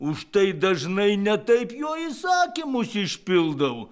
už tai dažnai ne taip jo įsakymus išpildau